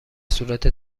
صورت